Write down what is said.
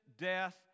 death